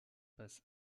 passe